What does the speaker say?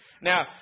Now